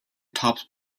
topped